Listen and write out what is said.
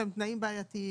שהם תנאים בעייתיים.